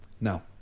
Now